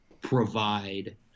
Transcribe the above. provide